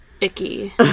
icky